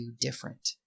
different